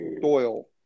Doyle